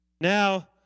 Now